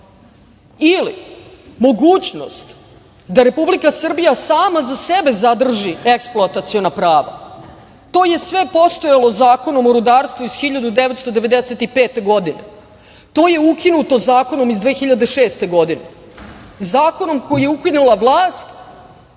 ili mogućnost da Republika Srbija sama za sebe zadrži eksploataciona prava, to je sve postojalo Zakonom o rudarstvu iz 1995. godine, to je ukinuto Zakonom iz 2006. godine, Zakonom koji je ukinula vlast,